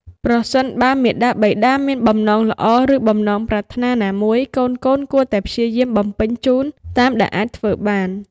ប្រសិនបើមាតាបិតាមានបំណងល្អ ឬបំណងប្រាថ្នាណាមួយ កូនៗគួរតែព្យាយាមបំពេញជូនតាមដែលអាចធ្វើបាន។